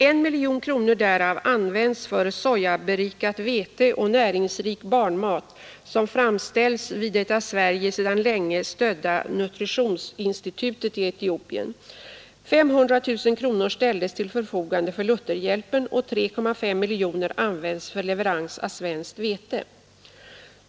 1 miljon kronor därav används för sojaberikat vete och näringsrik barnmat som framställs vid det av Sverige sedan länge stödda nutritionsinstitutet i Etiopien. 500 000 kronor ställes till förfogande för Lutherhjälpen och 3,5 miljoner används för leverans av svenskt vete.